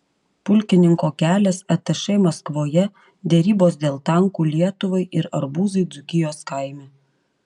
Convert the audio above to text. pulkininko kelias atašė maskvoje derybos dėl tankų lietuvai ir arbūzai dzūkijos kaime